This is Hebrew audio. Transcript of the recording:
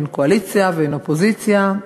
אין קואליציה ואין אופוזיציה,